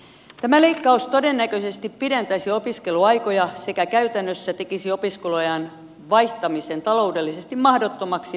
tämä leikkaus todennäköisesti pidentäisi opiskeluaikoja sekä käytännössä tekisi opiskelualan vaihtamisen taloudellisesti mahdottomaksi monille